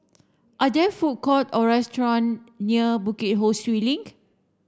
are there food court or restaurants near Bukit Ho Swee Link